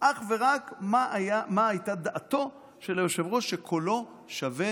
זה אך ורק מה הייתה דעתו של היושב-ראש, שקולו שווה